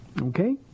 okay